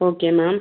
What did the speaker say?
okay ma'am